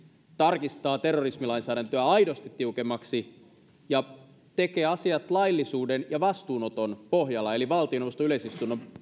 tarkistaa terrorismilainsäädäntöä aidosti tiukemmaksi ja tekee asiat laillisuuden ja vastuunoton pohjalla eli valtioneuvosto yleisistunnon